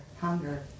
Hunger